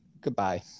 Goodbye